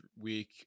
week